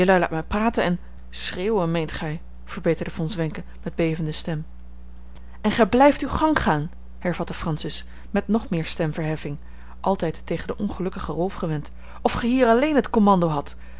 praten en schreeuwen meent gij verbeterde von zwenken met bevende stem en gij blijft uw gang gaan hervatte francis met nog meer stemverheffing altijd tegen den ongelukkigen rolf gewend of ge hier alleen het commando hadt